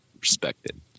Respected